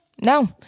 No